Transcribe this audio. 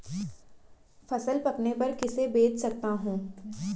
फसल पकने पर किसे बेच सकता हूँ?